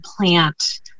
plant